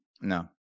No